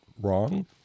Wrong